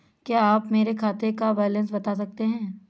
क्या आप मेरे खाते का बैलेंस बता सकते हैं?